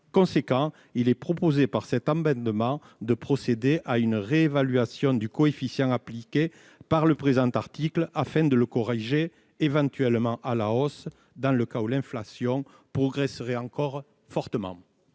conséquent, cet amendement vise à procéder à une réévaluation du coefficient appliqué par le présent article, afin de le corriger éventuellement à la hausse dans le cas où l'inflation progresserait encore fortement.